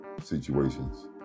situations